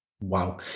Wow